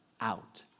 out